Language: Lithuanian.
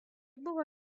buvo